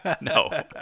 No